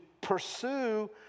pursue